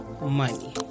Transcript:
money